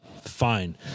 fine